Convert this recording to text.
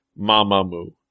Mamamoo